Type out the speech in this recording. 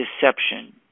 deception